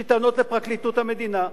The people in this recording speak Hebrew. יש לי טענות לפרקליטות המדינה,